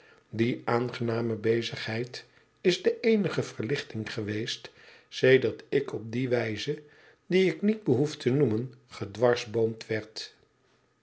die aangename bezigheid is deeenige verlichting geweest sedert ik op die wijze die ik niet behoef te noemen gedwarsboomd werd